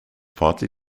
partly